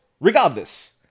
Regardless